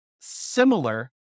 similar